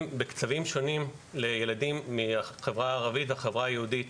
בקצוות שונים לילדים מהחברה הערבית לחברה היהודית,